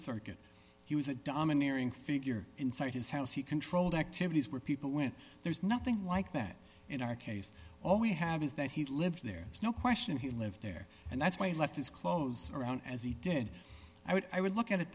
circuit he was that domineering figure inside his house he controlled activities where people went there's nothing like that in our case all we have is that he lived there is no question he lived there and that's why he left his clothes around as he did i would i would look at